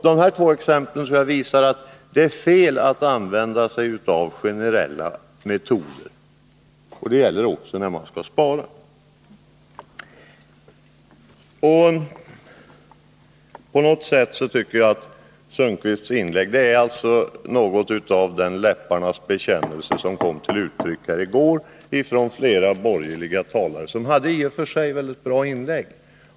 De två exempel som jag nämnt visar att det är fel att använda sig av generella metoder när man skall spara. Jag tycker att Tage Sundkvists inlägg är något av samma slags läpparnas bekännelse som kom till uttryck här i kammaren i går från flera borgerliga talare. De gjorde i och för sig väldigt bra inlägg.